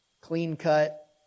clean-cut